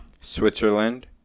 Switzerland